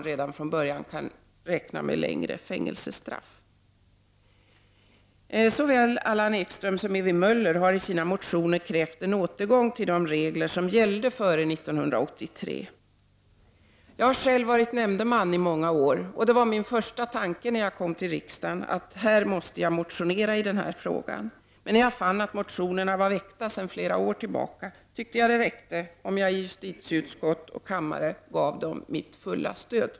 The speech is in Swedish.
I sådana undantagsfall kan fem nämndemän kallas. Såväl Allan Ekström som Ewy Möller har i sina motioner krävt en återgång till de regler som gällde före 1983. Jag har själv varit nämndeman i många år, och det var min första tanke som riksdagsman att motionera i denna fråga. Men när jag fann att motionerna var väckta sedan flera år tillbaka, tyckte jag att det räckte om jag i justitieutskottet och i kammaren gav dem mitt fulla stöd.